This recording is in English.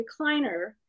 recliner